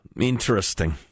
Interesting